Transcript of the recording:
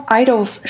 idols